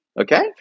Okay